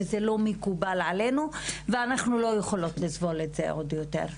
זה לא מקובל עלינו ואנחנו לא יכולות לסבול את זה יותר.